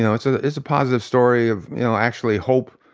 yeah it's ah it's a positive story of you know actually hope.